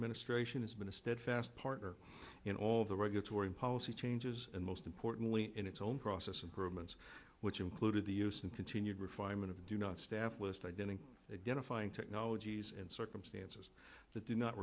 administration has been a steadfast partner in all the regulatory policy changes and most importantly in its own process improvements which included the use and continued refinement of the do not staff list identify identifying technologies and circumstances that do not